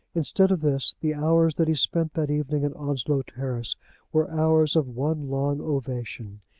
instead of this the hours that he spent that evening in onslow terrace were hours of one long ovation.